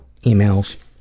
emails